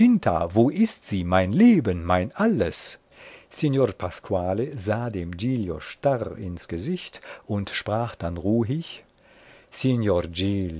wo ist sie mein leben mein alles signor pasquale sah dem giglio starr ins gesicht und sprach dann ruhig